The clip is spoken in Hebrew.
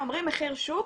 אומרים מחיר שוק,